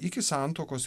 iki santuokos